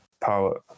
power